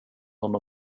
honom